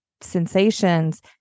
sensations